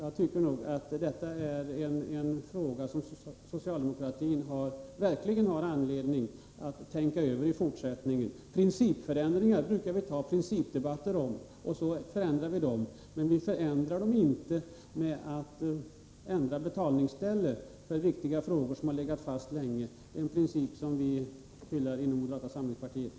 Jag tycker att detta är en fråga som socialdemokratin verkligen har anledning att tänka över i fortsättningen. Principförändringar brukar vi ta principdebatter om. Men vi ändrar inte principen genom att ändra betalningsställe. Det är en princip som vi hyllar inom moderata samlingspartiet.